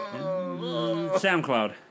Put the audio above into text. SoundCloud